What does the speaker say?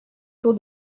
tour